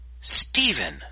Stephen